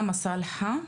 אני הלכתי,